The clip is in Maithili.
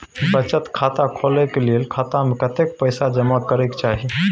बचत खाता खोले के लेल खाता में कतेक पैसा जमा करे के चाही?